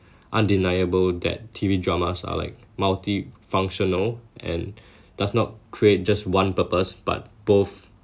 undeniable that T_V dramas are like multi-functional and does not create just one purpose but both